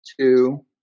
two